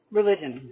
religion